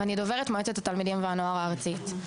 ואני דוברת מועצת התלמידים והנוער הארצית.